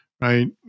right